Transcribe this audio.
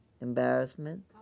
embarrassment